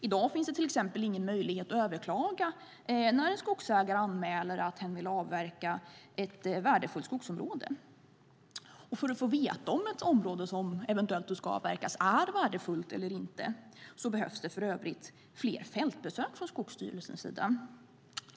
I dag finns det till exempel ingen möjlighet att överklaga om en skogsägare anmäler att hen vill avverka ett värdefullt skogsområde. För att veta om området som eventuellt ska avverkas är värdefullt eller inte behövs för övrigt fler fältbesök från Skogsstyrelsens sida.